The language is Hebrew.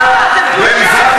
זה.